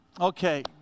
Okay